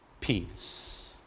peace